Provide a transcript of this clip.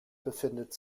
befindet